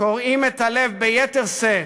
קורעים את הלב ביתר שאת,